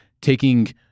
taking